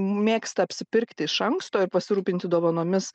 mėgsta apsipirkti iš anksto ir pasirūpinti dovanomis